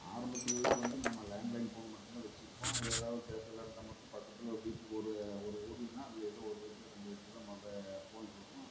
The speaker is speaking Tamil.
ஆரம்பத்திலலாம் வந்து நம்ம லேண்ட்லைன் ஃபோன் மட்டும் தான் வச்சிருப்போம் எதாவது பேசறதாக இருந்தால் மட்டும் பக்கத்தில் ஒரு வீட்டுக்கு ஒரு ஒரு ஊர்லனா அது ஏதோ ஒரு வீட்டில ரெண்டு வீட்டில தான் மொப ஃபோன் இருக்கும்